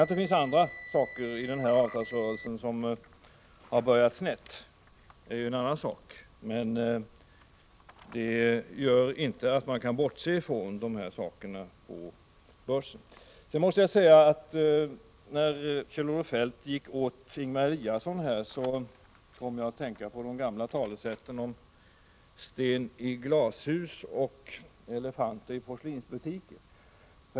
Att det sedan finns saker i den här avtalsrörelsen som har börjat snett är en annan sak, men det gör inte att man kan bortse från vad som sker på börsen. När Kjell-Olof Feldt gick åt Ingemar Eliasson kom jag att tänka på de gamla talesätten om sten i glashus och elefanter i porslinsbutiken.